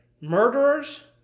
murderers